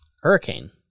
hurricane